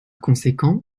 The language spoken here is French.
conséquent